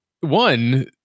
one